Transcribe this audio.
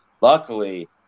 luckily